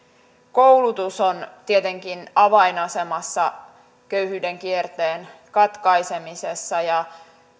koulutus on tietenkin avainasemassa köyhyyden kierteen katkaisemisessa ja